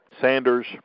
Sanders